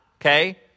okay